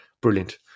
brilliant